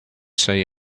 say